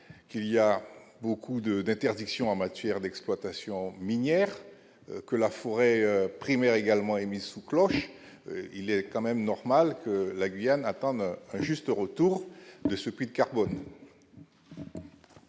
qu'il y a beaucoup de d'interdiction en matière d'exploitation minière que la forêt primaire également et mise sous cloche, il est quand même normal que la Guyane à Parme, juste retour de ce puits de carbone.